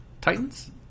Titans